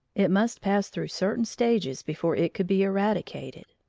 it must pass through certain stages before it could be eradicated.